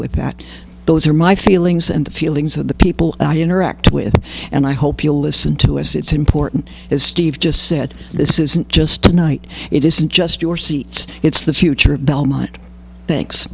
with that those are my feelings and the feelings of the people i interact with and i hope you'll listen to us it's important as steve just said this isn't just tonight it isn't just your seats it's the future of belmont